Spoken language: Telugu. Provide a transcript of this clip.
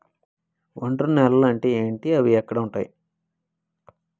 ఒండ్రు నేలలు అంటే ఏంటి? అవి ఏడ ఉంటాయి?